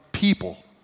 People